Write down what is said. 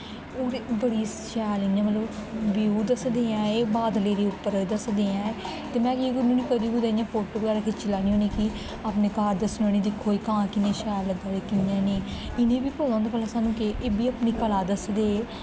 ओह् ते बड़ी शैल इ'यां मतलब व्यू दसदे ऐ एह् बादले दे उप्पर दसदे ऐ ते में केह् करनी होन्नी कदें कुतै इ'यां फोटो बगैरा खिच्ची लैन्नी होनी कि अपने घर दसन्नी होन्नी दिक्खी एह् कां किन्ने शैल लग्गा दे कि'यां इनें इ'नें बी पता होंदा भला सानूं केह् एह् बी अपनी कला दसदे